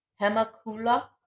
Hemakula